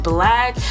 Black